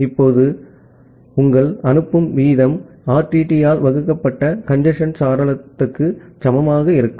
அப்படியானால் உங்கள் அனுப்பும் வீதம் RTT ஆல் வகுக்கப்பட்ட கஞ்சேஸ்ன் சாளரத்திற்கு சமமாக இருக்கும்